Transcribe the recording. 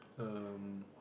um